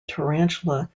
tarantula